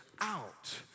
out